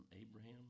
Abraham